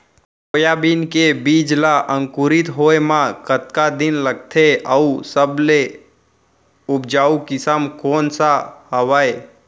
Soybean के बीज ला अंकुरित होय म कतका दिन लगथे, अऊ सबले उपजाऊ किसम कोन सा हवये?